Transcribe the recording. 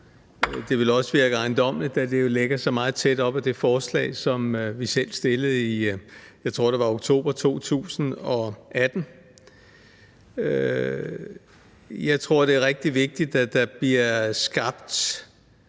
Andet ville også være ejendommeligt, da det jo lægger sig meget tæt op ad det forslag, som vi selv fremsatte i oktober 2018, tror jeg det var. Jeg tror, det er rigtig vigtigt, at der bliver skabt